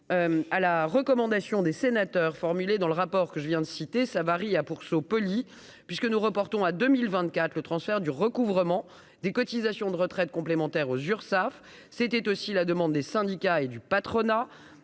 à la recommandation des sénateurs formulées dans le rapport que je viens de citer ça varie à pour Sow puisque nous reportons à 2024 le transfert du recouvrement des cotisations de retraite complémentaire aux Urssaf, c'était aussi la demande des syndicats et du patronat,